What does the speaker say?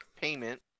Payment